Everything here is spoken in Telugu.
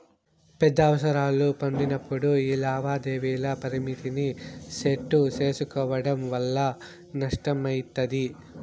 పెద్ద అవసరాలు పడినప్పుడు యీ లావాదేవీల పరిమితిని సెట్టు సేసుకోవడం వల్ల నష్టమయితది